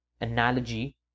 analogy